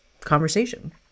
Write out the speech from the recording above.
conversation